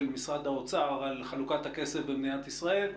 משרד האוצר על חלוקת הכסף במדינת ישראל,